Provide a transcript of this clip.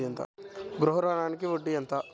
గృహ ఋణంకి వడ్డీ ఎంత?